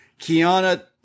Kiana